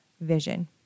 vision